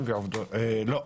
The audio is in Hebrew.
לא.